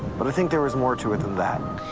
but i think there was more to it than that.